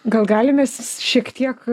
gal galim mes šiek tiek